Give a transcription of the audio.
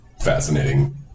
fascinating